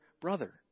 brother